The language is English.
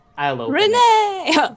Renee